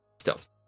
stealth